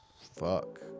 Fuck